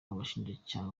abashinjacyaha